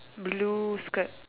blue skirt